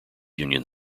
union